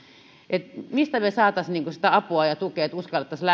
että mistä me saisimme sitä apua ja tukea että uskallettaisiin